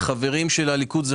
יש ארבעה חברים מן הליכוד.